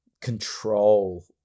control